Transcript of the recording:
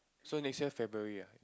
so next year February ah